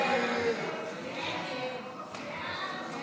הסתייגות 10